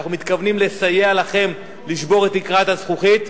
אנחנו מתכוונים לסייע לכם לשבור את תקרת הזכוכית,